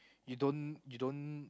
you don't you don't